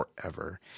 forever